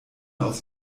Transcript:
aus